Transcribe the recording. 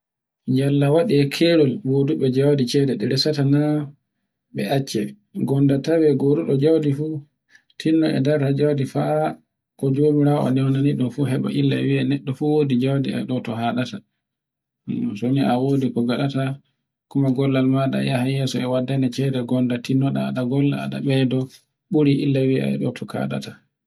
Yalla waɗe kerol woduɓe jawdi cede ɗe resata nan e acce. Gonda tawe godube jawdi fu tinna e darta jawdi faa ko jomirawo naunaniɗun heɓa illa e yiam neɗɗo fu wodi jawɗe to ɗo e hadata. To ni a wodi ko ngaɗata kuma gollal maɗa yahai yeso e waddanama cede gonda tinnoɗa aɗa golla a ɗa beydo buri illa wiai ɗo to kaɗata.